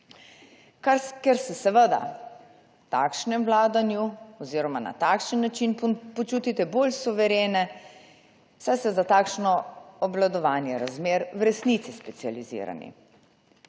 ker se seveda takšnem vladanju oziroma na takšen način počutite bolj suverene, saj ste za takšno obvladovanje razmer v resnici specializirani.